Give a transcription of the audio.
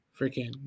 freaking